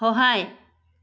সহায়